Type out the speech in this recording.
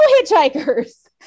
hitchhikers